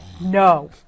No